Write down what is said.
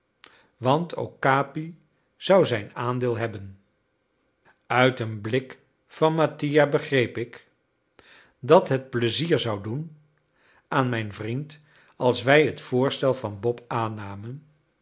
want ook capi zou zijn aandeel hebben uit een blik van mattia begreep ik dat het pleizier zou doen aan mijn vriend als wij het voorstel van bob aannamen